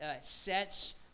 sets